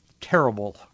terrible